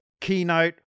keynote